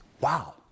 Wow